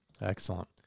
excellent